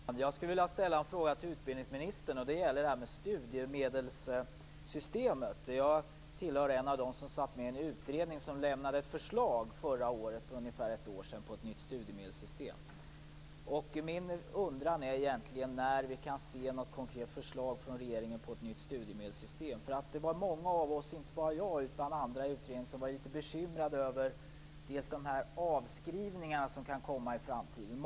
Herr talman! Jag skulle vilja ställa en fråga till utbildningsministern. Den gäller studiemedelssystemet. Jag är en av dem som satt med i en utredning som för ungefär ett år sedan lämnade ett förslag på ett nytt studiemedelssystem. Min undran är egentligen när vi kan se något konkret förslag från regeringen på ett nytt studiemedelssystem. Det var inte bara jag, utan många av oss i utredningen som var litet bekymrade över de avskrivningar som kan komma i framtiden.